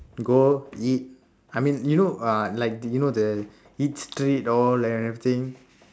go eat I mean you know uh like you know the eat street all and everything